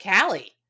Callie